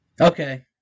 Okay